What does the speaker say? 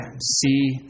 see